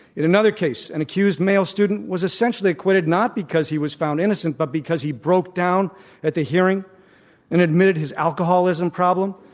in another case, an accused male student was essentially acquitted not because he was found innocent, but because he broke down at the hearing and admitted his alcoholism problem.